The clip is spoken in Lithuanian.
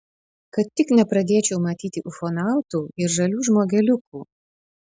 kad tik nepradėčiau matyti ufonautų ir žalių žmogeliukų